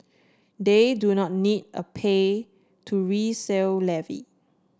they do not need a pay to resale levy